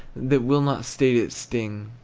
that will not state its sting.